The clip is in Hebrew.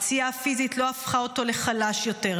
הפציעה הפיזית לא הפכה אותו לחלש יותר,